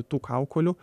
tų kaukolių